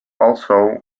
also